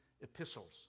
epistles